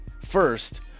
First